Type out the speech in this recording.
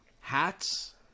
hats